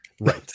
Right